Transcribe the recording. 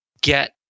get